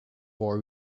boy